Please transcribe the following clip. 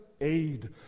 aid